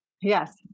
Yes